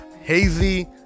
Hazy